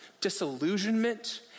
disillusionment